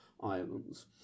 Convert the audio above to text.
Islands